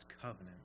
covenant